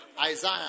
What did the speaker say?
Isaiah